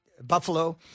buffalo